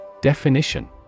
Definition